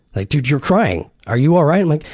like, dude, you're crying. are you alright? i'm like,